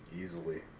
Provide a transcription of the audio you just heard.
Easily